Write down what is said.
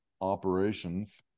operations